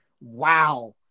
Wow